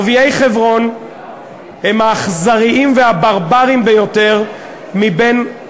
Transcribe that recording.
ערביי חברון הם האכזריים והברברים ביותר מבין,